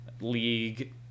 league